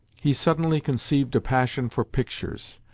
he suddenly conceived a passion for pictures,